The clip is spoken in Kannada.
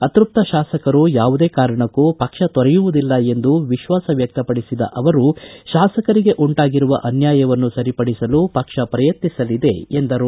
ಅತ್ಯಪ್ತ ತಾಸಕರು ಯಾವುದೇ ಕಾರಣಕ್ಕೂ ಪಕ್ಷ ತೊರೆಯುವುದಿಲ್ಲ ಎಂದು ವಿಶ್ವಾಸ ವ್ಯಕ್ತಪಡಿಸಿರುವ ಅವರು ಶಾಸಕರಿಗೆ ಉಂಟಾಗಿರುವ ಅನ್ಯಾಯವನ್ನು ಸರಿಪಡಿಸಲು ಪಕ್ಷ ಪ್ರಯತ್ನಿಸಲಿದೆ ಎಂದರು